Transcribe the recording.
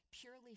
purely